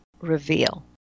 reveal